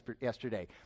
yesterday